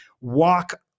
walk